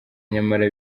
nyamara